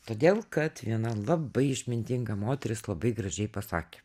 todėl kad viena labai išmintinga moteris labai gražiai pasakė